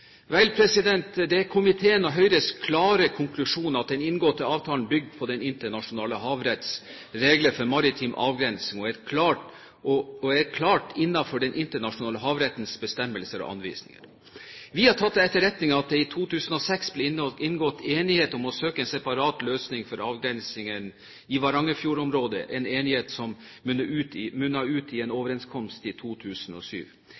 Vel, det er komiteens og Høyres klare konklusjon at den inngåtte avtalen bygger på den internasjonale havretts regler for maritim avgrensning og er klart innenfor den internasjonale havrettens bestemmelser og anvisning. Vi har tatt til etterretning at det i 2006 ble inngått enighet om å søke en separat løsning for avgrensning i varangerfjordområdet – en enighet som munner ut i en overenskomst i 2007. Ilulissat-erklæringen fra 2008 er også en